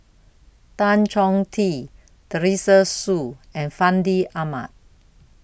Tan Chong Tee Teresa Hsu and Fandi Ahmad